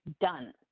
done